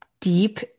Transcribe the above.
deep